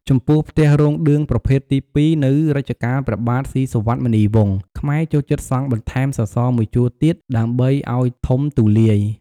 ចំពោះផ្ទះរោងឌឿងប្រភេទទី២ នៅរជ្ជកាលព្រះបាទស៊ីសុវត្ថិមុនីវង្ស ខ្មែរចូលចិត្តសង់បន្ថែមសសរ១ជួរទៀតដើម្បីឲ្យធំទូលាយ ។